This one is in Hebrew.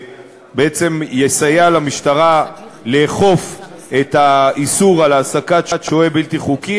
שיסייע למשטרה לאכוף את איסור ההעסקה של שוהה בלתי חוקי.